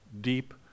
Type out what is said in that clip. deep